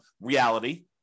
reality